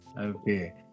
Okay